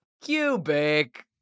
Cubic